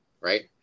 right